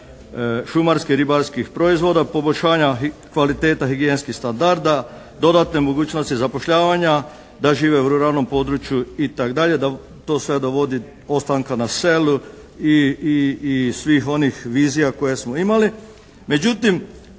šumarskih i ribarskih proizvoda, poboljšanja i kvaliteta higijenskih standarda, dodatne mogućnosti zapošljavanja, da žive u ruralnom području, itd. Da to sve dovodi do ostanka na selu i svih onih vizija koje smo imali.